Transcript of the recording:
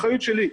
אחריות שלי.